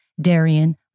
Darian